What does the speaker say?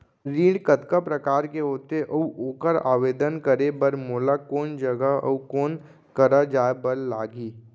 ऋण कतका प्रकार के होथे अऊ ओखर आवेदन करे बर मोला कोन जगह अऊ कोन करा जाए बर लागही?